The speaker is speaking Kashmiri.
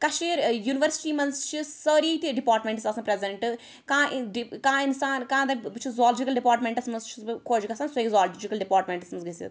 کشمیٖر ٲں یونیٖورسٹی مَنٛز چھِ سٲری تہِ ڈِپارٹمیٚنٹٕس آسَن پریٚزنٹہٕ کانٛہہ ڈِ کانٛہہ اِنسان کانٛہہ دَپہِ بہٕ چھُس زوالجِکَل ڈِپارٹمیٚنٹَس مَنٛز چھُس بہٕ خۄش گَژھان سُہ ہیٚکہِ زوالجِکَل ڈِپارٹمیٚنٹَس مَنٛز گٔژھِتھ